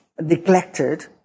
neglected